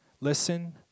listen